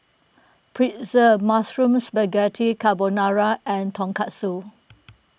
Pretzel Mushroom Spaghetti Carbonara and Tonkatsu